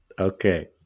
Okay